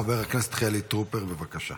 חבר הכנסת חילי טרופר, בבקשה.